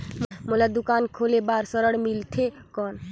मोला दुकान खोले बार ऋण मिलथे कौन?